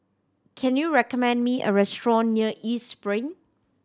can you recommend me a restaurant near East Spring